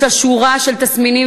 יש לה שורה של תסמינים,